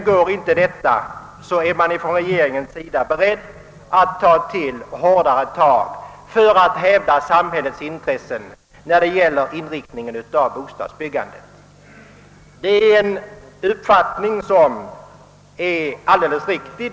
Går inte det, är regeringen beredd att ta till hårdare tag för att hävda samhällets intressen när det gäller inriktningen av bostadsbyggandet. Den uppfattningen är alldeles riktig.